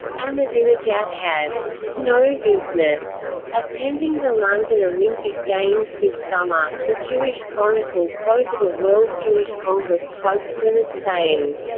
ahmadinejad ah has no business attending the london olympic games this summer, the jewish chronicle quoted a world jewish congress spokesman as saying.